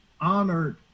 honored